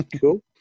Cool